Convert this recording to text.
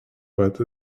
pat